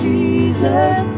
Jesus